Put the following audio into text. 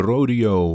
Rodeo